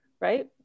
right